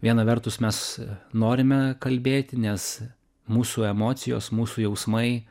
viena vertus mes norime kalbėti nes mūsų emocijos mūsų jausmai